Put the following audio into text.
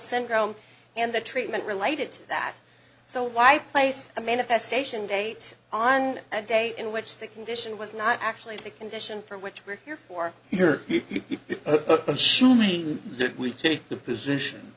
syndrome and the treatment related to that so why place a manifestation date on a date in which the condition was not actually the condition for which we are here for here assuming we take the position